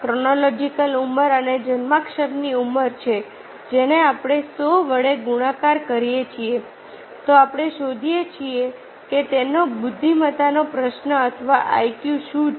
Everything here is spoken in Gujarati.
ક્રોનોલોજિકલ ઉંમર એ જન્માક્ષરની ઉંમર છે જેને આપણે 100 વડે ગુણાકાર કરીએ છીએ તો આપણે શોધીએ છીએ કે તેનો બુદ્ધિમત્તાનો પ્રશ્ન અથવા IQ શું છે